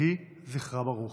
יהי זכרה ברוך.